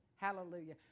Hallelujah